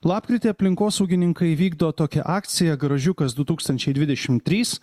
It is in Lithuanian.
lapkritį aplinkosaugininkai vykdo tokią akciją garažiukas du tūkstančiai dvidešim trys